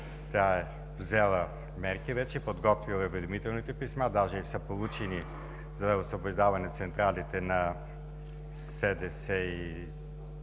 Тя е взела мерки вече, подготвила е уведомителните писма, даже им са получени – за освобождаване централите на СДС и